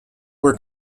were